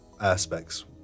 aspects